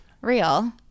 real